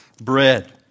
bread